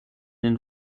den